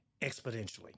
exponentially